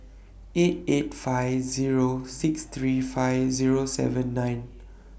eight eight five Zero six three five Zero seven nine